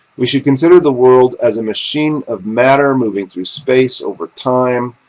we should consider the world as a machine of matter moving through space over time,